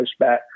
pushback